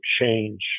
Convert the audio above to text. change